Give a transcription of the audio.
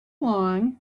long